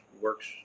works